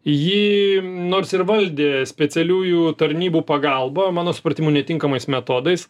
ji nors ir valdė specialiųjų tarnybų pagalba mano supratimu netinkamais metodais